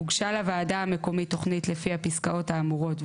הוגשה לוועדה המקומית תכנית לפי הפסקאות האמורות,